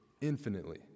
Infinitely